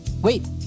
wait